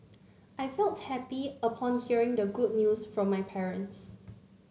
I felt happy upon hearing the good news from my parents